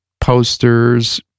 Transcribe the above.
posters